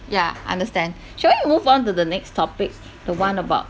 yeah understand shall we move on to the next topic the one about